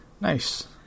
Nice